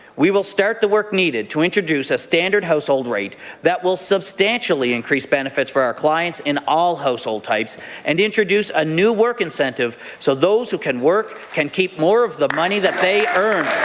we will start the work needed to introduce a standard household rate that will substantially increase benefits for our clients in all household type and introduce a new work incentive so those who can work can keep more of the money that they earn.